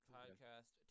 podcast